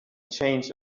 changed